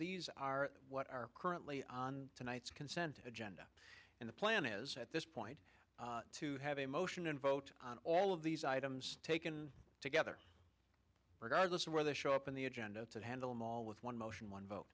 these are what are currently on tonight's consent agenda and the plan is at this point to have a motion and vote on all of these items taken together regardless of where they show up in the agenda to handle mall with one motion one